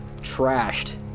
trashed